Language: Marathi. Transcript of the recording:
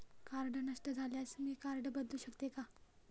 कार्ड नष्ट झाल्यास मी कार्ड बदलू शकते का?